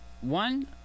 One